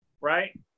right